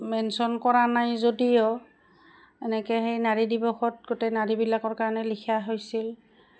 mention কৰা নাই যদিও এনেকৈ সেই নাৰী দিৱসত গোটেই নাৰীবিলাকৰ কাৰণে লিখা হৈছিল